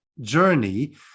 journey